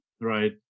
right